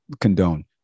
condone